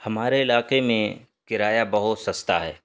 ہمارے علاقے میں کرایہ بہت سستا ہے